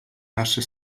nasze